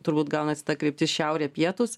turbūt gaunasi ta kryptis šiaurė pietūs